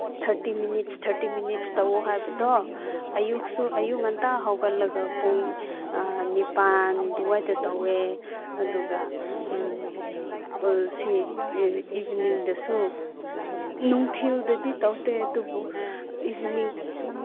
thirty minutes minutes ꯇꯧꯋꯣ ꯍꯥꯏꯕꯗꯣ ꯑꯌꯨꯛꯁꯨ ꯑꯌꯨꯛꯉꯟꯇꯥ ꯍꯧꯒꯠꯂꯒ ꯄꯨꯡ ꯅꯤꯄꯥꯜ ꯑꯗꯨꯋꯥꯏꯗ ꯇꯧꯋꯦ ꯑꯗꯨꯒ ꯁꯤ ꯏꯚꯤꯅꯤꯡꯗꯁꯨ ꯅꯨꯡꯊꯤꯜꯗꯗꯤ ꯇꯧꯗꯦ ꯑꯗꯨꯕꯨ ꯏꯚꯤꯅꯤꯡꯗꯁꯨ